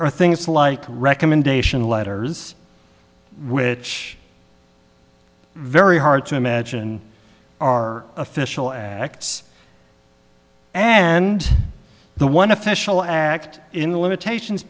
are things like recommendation letters which very hard to imagine are official acts and the one official act in the limitations